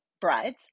Brides